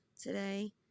today